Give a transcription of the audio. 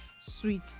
sweet